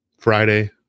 friday